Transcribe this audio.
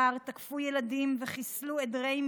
סך כל היחידות ביפו המשמשות למגורים ומנוהלות על ידי עמידר